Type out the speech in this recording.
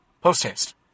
Post-haste